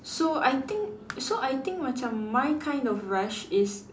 so I think so I think macam my kind of rush is